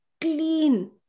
clean